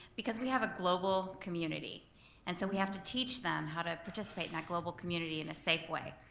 because we have a global community and so we have to teach them how to participate in that global community in a safe way.